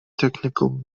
technical